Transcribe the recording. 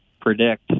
predict